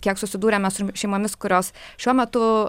kiek susidūrėme su šeimomis kurios šiuo metu